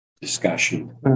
discussion